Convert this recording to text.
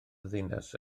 ddinas